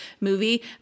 movie